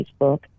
Facebook